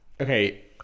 okay